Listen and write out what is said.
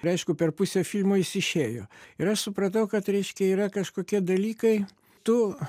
ir aišku per pusę filmo jis išėjo ir aš supratau kad reiškia yra kažkokie dalykai tu